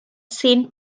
saint